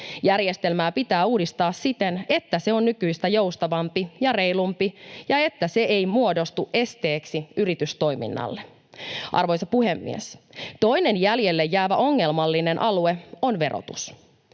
Järjestelmää pitää uudistaa siten, että se on nykyistä joustavampi ja reilumpi ja että se ei muodostu esteeksi yritystoiminnalle. Arvoisa puhemies! Toinen jäljelle jäävä ongelmallinen alue on verotus.